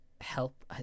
help